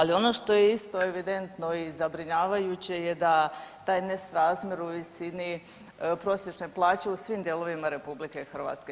Ali, ono što je isto evidentno i zabrinjavajuće je da taj nesrazmjer u visini prosječne plaće u svim dijelovima RH.